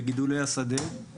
בגידולי השדה.